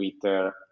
Twitter